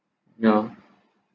yeah